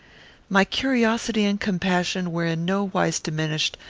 my curiosity and compassion were in no wise diminished,